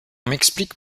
m’explique